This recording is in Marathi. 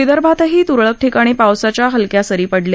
विदर्भातही तुरळक ठिकाणी पावसाच्या हलक्या सरी पडल्या